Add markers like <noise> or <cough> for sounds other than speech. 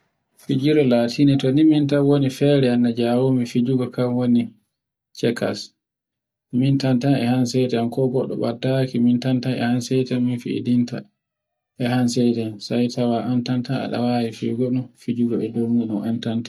Fijirle latinde to ni mintan fere an najawo mi fijugo kan woni cekas, min tantan e an sede an ko goɗɗo <noise> beddaki mintantan e hansaki e hasete mi fiɗinta. <noise> Sai tawa an tantan ɗawawi figo <noise>